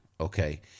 okay